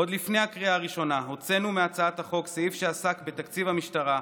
עוד לפני הקריאה הראשונה הוצאנו מהצעת החוק סעיף שעסק בתקציב המשטרה,